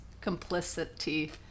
complicity